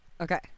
Okay